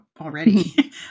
already